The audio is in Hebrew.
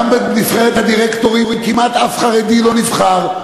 גם בנבחרת הדירקטורים כמעט אף חרדי לא נבחר,